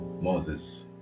Moses